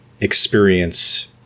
experience